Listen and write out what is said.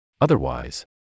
Otherwise